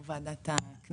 יו"ר ועדת הכנסת,